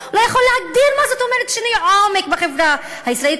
הוא לא יכול להגדיר מה זאת אומרת שינוי עומק בחברה הישראלית,